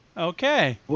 Okay